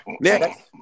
Next